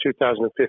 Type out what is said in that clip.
2015